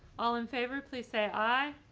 all in favor, please say aye.